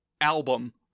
album